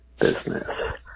business